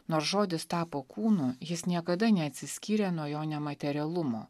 nors žodis tapo kūnu jis niekada neatsiskyrė nuo jo nematerialumo